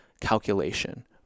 calculation